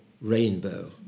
rainbow